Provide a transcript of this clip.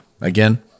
Again